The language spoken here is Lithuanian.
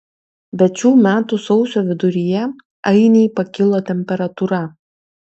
bet šių metų sausio viduryje ainei pakilo temperatūra